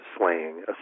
slaying